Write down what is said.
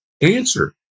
answer